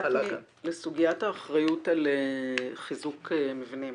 לסוגיית האחריות על חיזוק מבנים.